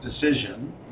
decision